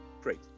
Great